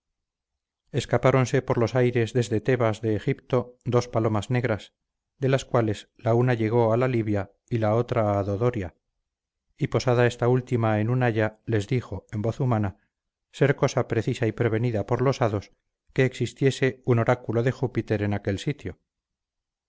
dodoneas escapáronse por los aires desde tebas de egipto dos palomas negras de las cuales la una llegó a la libia y la otra a dodoria y posada esta última en una haya les dijo en voz humana ser cosa precisa y prevenida por los hados que existiese un oráculo de júpiter en aquel sitio